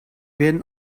werden